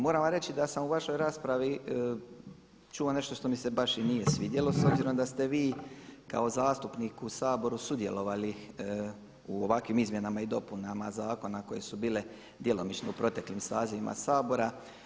Moram vam reći da sam u vašoj raspravi čuo nešto što mi se baš i nije svidjelo s obzirom da ste vi kao zastupnik u Saboru sudjelovali u ovakvim izmjenama i dopunama zakona koje su bile djelomično u proteklim sazivima Sabora.